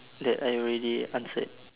that I already answered